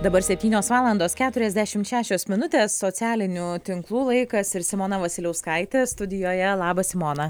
dabar septynios valandos keturiasdešimt šešios minutės socialinių tinklų laikas ir simona vasiliauskaitė studijoje labas simona